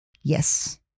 Yes